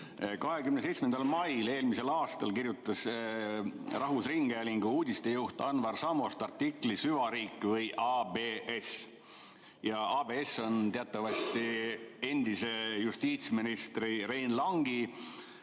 27. mail eelmisel aastal kirjutas rahvusringhäälingu uudistejuht Anvar Samost artikli "Süvariik või ABS?" ABS on teatavasti endise justiitsministri Rein Langi